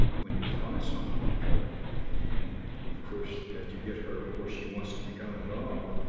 when you find someone like her and, of course, after you get her where she wants to become involved,